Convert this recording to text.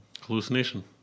Hallucination